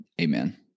Amen